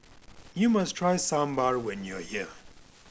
you must try Sambar when you are here